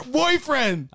boyfriend